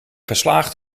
geslaagd